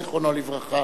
זיכרונו לברכה,